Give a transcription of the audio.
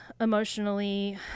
emotionally